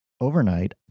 overnight